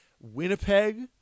Winnipeg